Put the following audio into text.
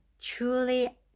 truly